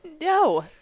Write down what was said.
No